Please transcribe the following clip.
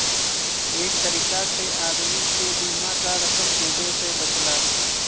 एक तरीका से आदमी के बीमा क रकम डूबे से बचला